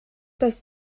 does